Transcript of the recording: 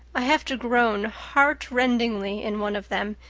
i have to groan heartrendingly in one of them,